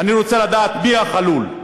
אני רוצה לדעת מי החלול: